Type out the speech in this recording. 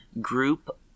group